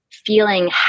feeling